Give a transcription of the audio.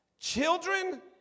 Children